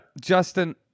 Justin